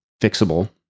fixable